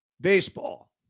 Baseball